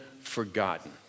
forgotten